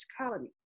colony